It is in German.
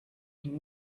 ihn